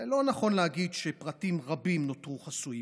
זה לא נכון להגיד שפרטים רבים נותרו חסויים.